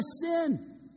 sin